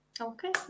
Okay